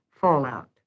fallout